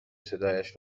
صدایش